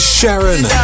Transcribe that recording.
Sharon